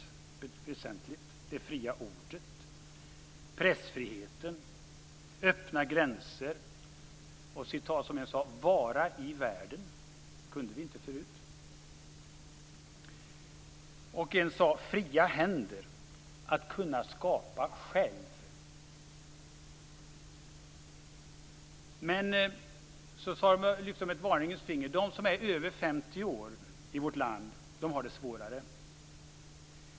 De tog också upp det fria ordet, pressfriheten, öppna gränser och att vara i världen. Det kunde de inte förut. En sade: Fria händer - att kunna skapa själv. Men de lyfte ett varningens finger och sade att de som är över 50 år har det svårare.